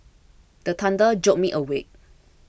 the thunder jolt me awake